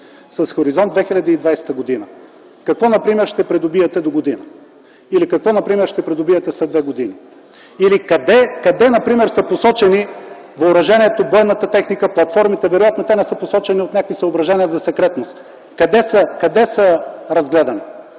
с „Хоризонт 2020 г.”. Какво например ще придобиете догодина или какво например ще придобиете след две години? Или къде например са посочени въоръжението, бойната техника, платформите? Вероятно те не са посочени от някакви съображения за секретност. Къде са разгледани?